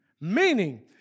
Meaning